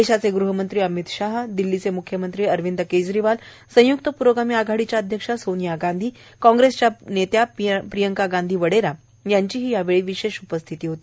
देशाचे ग्हमंत्री अमित शाह दिल्लीचे म्ख्यमंत्री अरविंद केजरीवाल संय्क्त प्रोगामी आघाडीच्या अध्यक्षा सोनिया गांधी कॉग्रेसच्या प्रियंका गांधी वडेरा यांची विशेष उपस्थिती होती